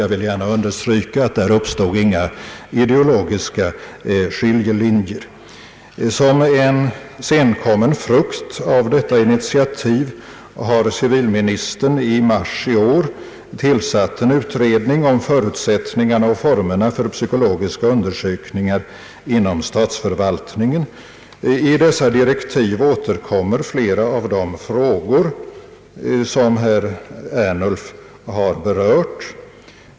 Jag vill gärna understryka att där inte uppstod några ideologiska skiljelinjer. Som en senkommen frukt av detta initiativ har civilministern i mars i år tillsatt en utredning om förutsättningarna och formerna för psykologiska undersökningar inom statsförvaltningen. I direktiven återkommer flera av de frågor som herr Ernulf har berört.